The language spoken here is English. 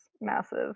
massive